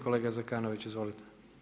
Kolega Zekanović, izvolite.